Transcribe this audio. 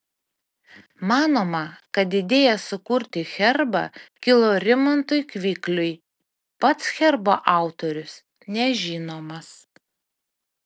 manoma kad idėja sukurti herbą kilo rimantui kvikliui pats herbo autorius nežinomas